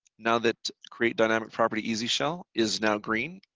now that create dynamic property easy shell is now green.